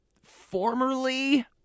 formerly